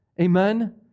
Amen